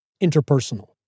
interpersonal